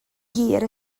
hir